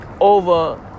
over